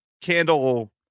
candle